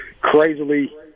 crazily